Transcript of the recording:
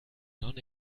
nonne